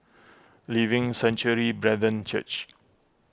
Living Sanctuary Brethren Church